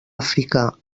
àfrica